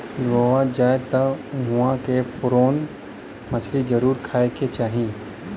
गोवा जाए त उहवा के प्रोन मछरी जरुर खाए के चाही